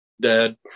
dad